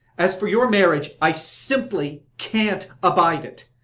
as for your marriage, i simply can't abide it.